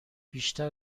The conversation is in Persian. بیشتر